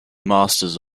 masters